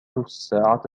الساعة